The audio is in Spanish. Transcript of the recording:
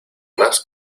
más